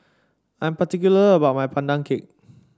I'm particular about my Pandan Cake